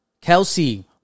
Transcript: Kelsey